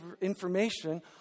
information